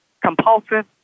compulsive